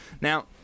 Now